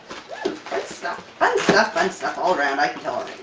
stuff. fun stuff, fun stuff all around, i can